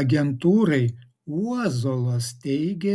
agentūrai uozuolas teigė